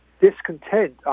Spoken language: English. discontent